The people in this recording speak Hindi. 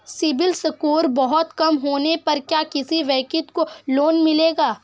सिबिल स्कोर बहुत कम होने पर क्या किसी व्यक्ति को लोंन मिलेगा?